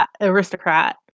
Aristocrat